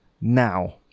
now